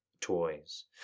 Toys